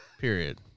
Period